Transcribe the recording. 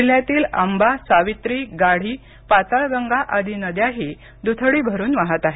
जिल्हयातील आंबा सावित्री गाढी पाताळगंगा आदि नद्याही द्थडी भरून वाहत आहेत